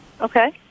Okay